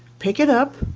pick it up